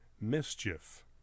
mischief